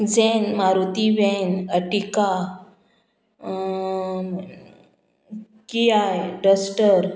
zen Maruti van Ertiga Kia duster